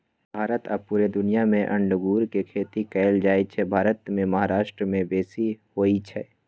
भारत आऽ पुरे दुनियाँ मे अङगुर के खेती कएल जाइ छइ भारत मे महाराष्ट्र में बेशी होई छै